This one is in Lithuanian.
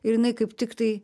ir jinai kaip tiktai